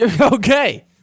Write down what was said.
Okay